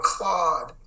Claude